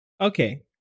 Okay